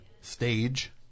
stage